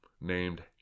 named